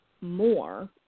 more